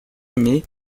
animés